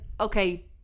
okay